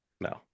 No